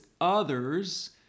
others